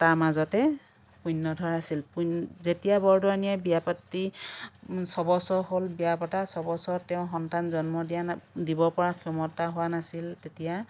তাৰ মাজতে পুণ্যধৰ আছিল পুণ্য যেতিয়া বৰদোৱানীয়ে বিয়া পাতি ছবছৰ হ'ল বিয়া পতা ছবছৰত তেওঁৰ সন্তান জন্ম দিয়া নাই দিব পৰা ক্ষমতা হোৱা নাছিল তেতিয়া